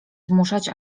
zmuszać